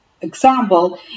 example